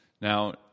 now